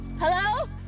Hello